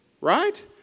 Right